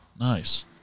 Nice